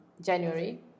January